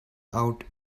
out